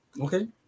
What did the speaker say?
okay